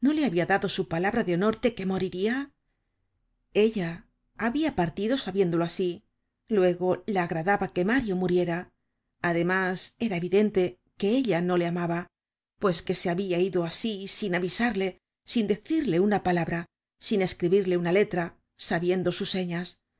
le habia dado su palabra de honor de que moriria ella habia partido sabiéndolo asi luego la agradaba que mario muriera además era evidente que ella no le amaba pues que se habia ido asi sin avisarle sin decirle una palabra sin escribirle una letra sabiendo sus señas